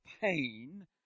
pain